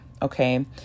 Okay